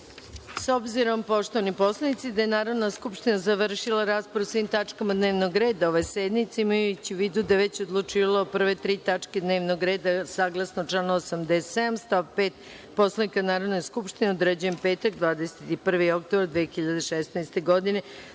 obzirom, poštovani poslanici, da je Narodna skupština završila raspravu o svim tačkama dnevnog reda ove sednice, imajući u vidu da je već odlučivala o prve tri tačke dnevnog reda, saglasno članu 87. Stav 5. Poslovnika Narodne skupštine, određujem petak 21. oktobar 2016. godine,